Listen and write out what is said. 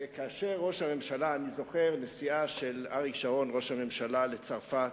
אני זוכר נסיעה של ראש הממשלה שרון לצרפת.